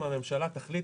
אם הממשלה תחליט,